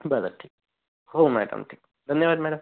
बरं ठीक हो मॅडम ठीक धन्यवाद मॅडम